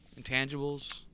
intangibles